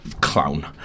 clown